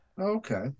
Okay